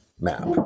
map